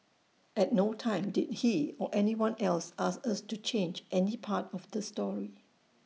at no time did he or anyone else ask us to change any part of the story